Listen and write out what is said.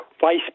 vice